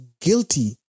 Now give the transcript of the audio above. guilty